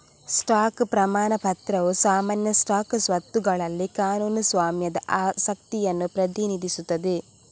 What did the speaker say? stock ಪ್ರಮಾಣ ಪತ್ರವು ಸಾಮಾನ್ಯ ಸ್ಟಾಕ್ ಸ್ವತ್ತುಗಳಲ್ಲಿ ಕಾನೂನು ಸ್ವಾಮ್ಯದ ಆಸಕ್ತಿಯನ್ನು ಪ್ರತಿನಿಧಿಸುತ್ತದೆ